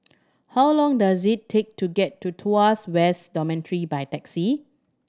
how long does it take to get to Tuas South Dormitory by taxi